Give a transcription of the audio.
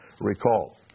recall